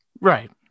Right